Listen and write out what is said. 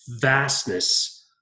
vastness